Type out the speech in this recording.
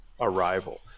Arrival